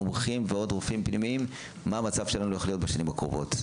מומחים ורופאים פנימיים מה המצב שלהם בשנים הקרובות.